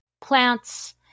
plants